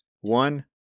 One